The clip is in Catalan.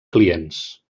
clients